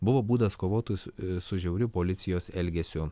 buvo būdas kovoti su žiauriu policijos elgesiu